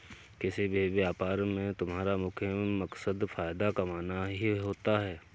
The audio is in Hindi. किसी भी व्यापार में तुम्हारा मुख्य मकसद फायदा कमाना ही होता है